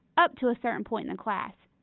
up to a certain point in the class,